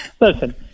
listen